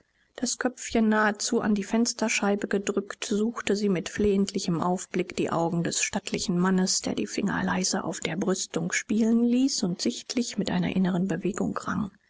das köpfchen nahezu an die fensterscheibe gedrückt suchte sie mit flehentlichem aufblick die augen des stattlichen mannes der die finger leise auf der brüstung spielen ließ und sichtlich mit einer inneren bewegung rang